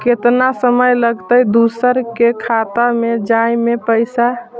केतना समय लगतैय दुसर के खाता में जाय में पैसा?